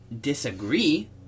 disagree